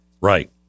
right